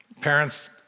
parents